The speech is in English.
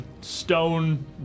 stone